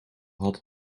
had